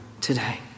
today